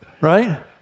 right